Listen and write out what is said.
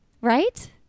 right